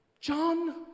John